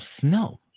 snow